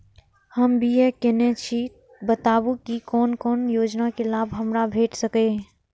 हम बी.ए केनै छी बताबु की कोन कोन योजना के लाभ हमरा भेट सकै ये?